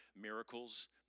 miracles